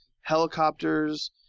helicopters